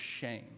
shame